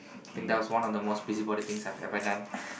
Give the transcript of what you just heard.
think that was one of the busybody things I've ever done